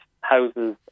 houses